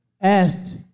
asked